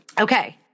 Okay